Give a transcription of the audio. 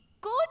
good